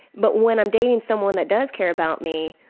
but when i'm dating someone that does care about me,